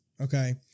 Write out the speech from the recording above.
okay